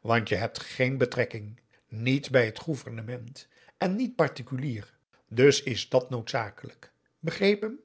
want je hebt geen betrekking niet bij het gouvernement en niet particulier dus is dat noodzakelijk begrepen